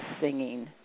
singing